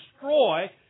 destroy